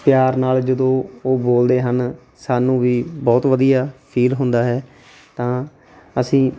ਪਿਆਰ ਨਾਲ ਜਦੋਂ ਉਹ ਬੋਲਦੇ ਹਨ ਸਾਨੂੰ ਵੀ ਬਹੁਤ ਵਧੀਆ ਫੀਲ ਹੁੰਦਾ ਹੈ ਤਾਂ ਅਸੀਂ